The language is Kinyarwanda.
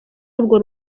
urwo